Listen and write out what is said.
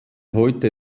heute